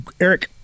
Eric